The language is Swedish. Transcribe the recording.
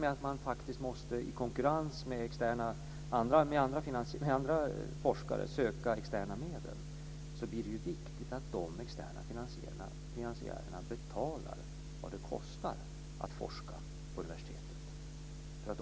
I och med att man i konkurrens med andra forskare måste söka externa medel blir det dock viktigt att de externa finansiärerna betalar vad det kostar att forska på universitetet.